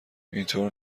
اینطور